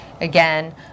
again